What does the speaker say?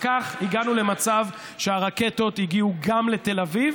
הגענו למצב שהרקטות הגיעו גם לתל אביב,